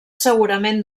segurament